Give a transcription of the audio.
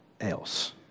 else